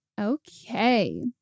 Okay